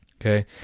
Okay